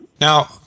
Now